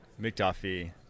McDuffie